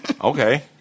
Okay